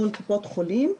מול קופות החולים,